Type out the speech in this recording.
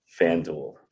FanDuel